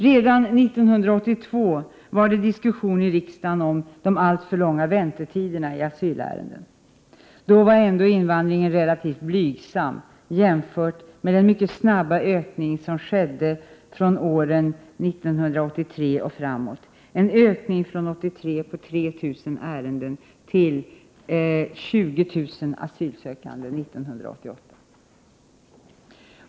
Redan 1982 var det diskussion i riksdagen om de alltför långa väntetiderna i asylärenden. Då var ändå invandringen relativt blygsam jämfört med den mycket snabba ökning som skedde under åren från 1983 och framåt, en ökning från 3 000 ärenden 1983 till 20 000 asylsökande 1988.